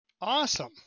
awesome